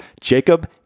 Jacob